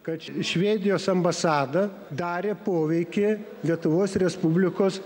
kad švedijos ambasada darė poveikį lietuvos respublikos